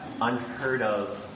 unheard-of